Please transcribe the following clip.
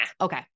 okay